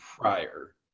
prior